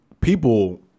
people